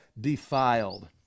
defiled